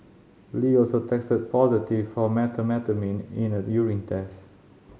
Lee also tested positive for methamphetamine in a urine test